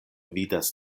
vidas